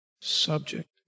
subject